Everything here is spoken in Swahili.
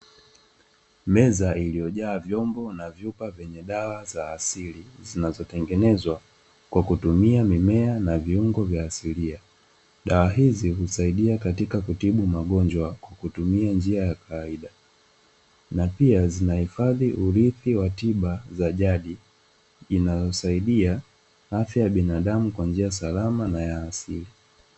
Meza iliyojaa vyombo na vyupa vyenye dawa za asili zinazotengenezwa kwa kutumia mimea na viungo vya asilia. Dawa hizi husaidia katika kutibu magonjwa kwa kutumia njia ya kawaida. Na pia zimehifadhi urithi wa tiba za jadi, inayosaidia afya ya binadamu kwa njia salama na ya asili.